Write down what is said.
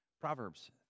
Proverbs